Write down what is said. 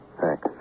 Thanks